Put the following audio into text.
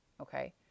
okay